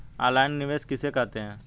Online निवेश किसे कहते हैं?